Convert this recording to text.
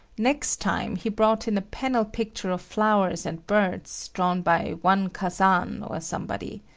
next time he brought in a panel picture of flowers and birds, drawn by one kazan or somebody.